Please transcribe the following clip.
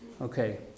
Okay